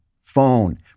phone